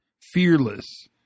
Fearless